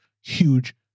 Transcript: huge